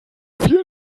vielen